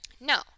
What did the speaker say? No